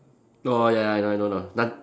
oh ya I know know na~